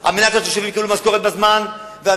על מנת שהתושבים יקבלו משכורת בזמן ועל